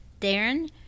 Darren